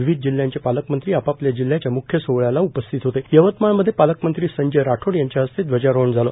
विविध जिल्ह्यांचे पालकमंत्री आपापल्या जिल्ह्याच्या मुख्य सोहळ्याला उपस्थित होते यवतमाळमध्ये पालकमंत्री संजय राठोड यांच्या हस्ते ध्वजारोहण झालं